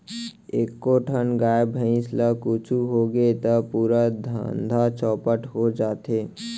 एको ठन गाय, भईंस ल कुछु होगे त पूरा धंधा चैपट हो जाथे